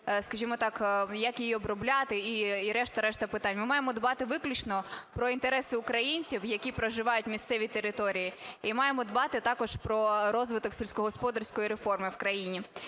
скажімо так, як її обробляти і решта-решта питань. Ми маємо дбати виключно про інтереси українців, які проживають в місцевій території, і маємо дбати також про розвиток сільськогосподарської реформи в країні.